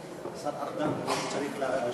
השר ארדן צריך להשיב.